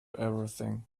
everything